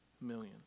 millions